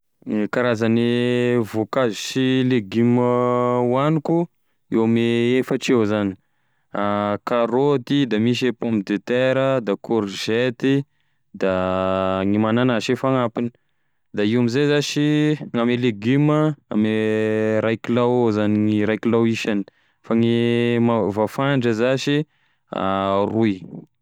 Gne karazane voankazo sy legioma hoaniko eo amin' ny efatra eo zany: karaoty, da misy e pomme de terra, da corgety da gne magnanasy e fagnampiny, da io amzay zashy gn'ame legioma ame ray kilao eo zany ray kilao isany fa gne ma- vafandry zash roy.